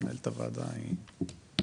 מנהלת הוועדה זמינה.